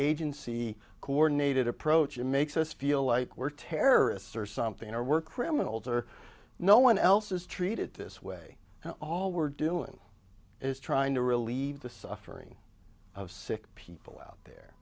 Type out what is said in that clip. agency coordinated approach it makes us feel like we're terrorists or something or were criminals or no one else is treated this way all we're doing is trying to relieve the suffering of sick people out there